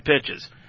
pitches